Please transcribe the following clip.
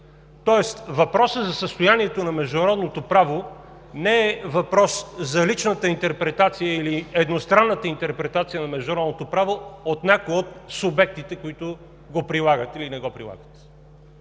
Тоест въпросът за състоянието на международното право не е въпрос за личната интерпретация или едностранната интерпретация на международното право от някои от субектите, които го прилагат или не го прилагат.